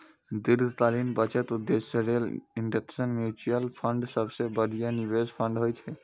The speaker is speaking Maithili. दीर्घकालीन बचत उद्देश्य लेल इंडेक्स म्यूचुअल फंड सबसं बढ़िया निवेश फंड होइ छै